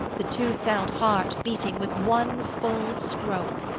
the two-celled heart beating, with one full stroke,